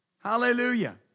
Hallelujah